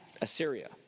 Assyria